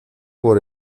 por